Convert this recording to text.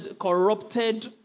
corrupted